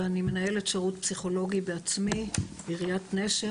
ואני מנהלת שירות פסיכולוגי בעצמי עיריית נשר,